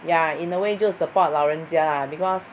ya in the way 就 support 老人家 lah because